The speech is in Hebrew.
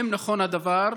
1. האם נכון הדבר?